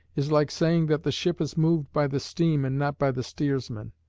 is like saying that the ship is moved by the steam and not by the steersman.